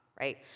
right